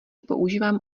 používám